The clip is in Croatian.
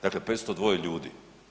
Dakle, 502 ljudi.